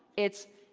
it's,